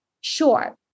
sure